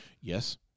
yes